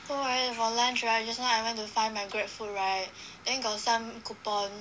so right for lunch right just now I want to buy my Grab food right than got some coupon